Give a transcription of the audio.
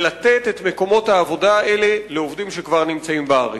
ולתת את מקומות העובדים האלה לעובדים שכבר נמצאים בארץ.